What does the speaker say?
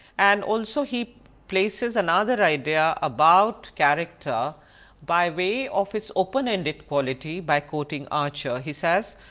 and also he places another idea about character by way of its open ended quality by quoting archer. he says,